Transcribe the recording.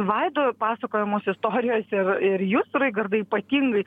vaido pasakojamos istorijos ir ir jūsų raigardai ypatingai